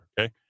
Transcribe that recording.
Okay